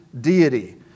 deity